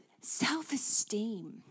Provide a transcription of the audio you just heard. Self-esteem